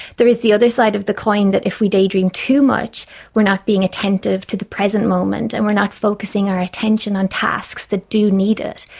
there is the other side of the coin that if we daydream too much we are not being attentive to the present moment and we are not focusing our attention on tasks that do need it.